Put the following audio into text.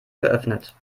geöffnet